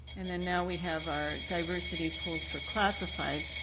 and then now we have our diversity pools for classified.